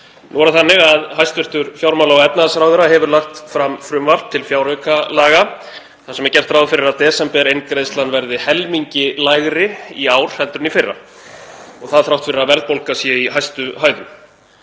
Nú er það þannig að hæstv. fjármála- og efnahagsráðherra hefur lagt fram frumvarp til fjáraukalaga þar sem gert er ráð fyrir að desembereingreiðslan verði helmingi lægri í ár en í fyrra og það þrátt fyrir að verðbólga sé í hæstu hæðum.